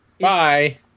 Bye